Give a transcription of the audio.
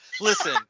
listen